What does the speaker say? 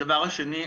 הדבר השני,